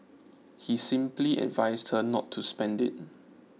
he simply advised her not to spend it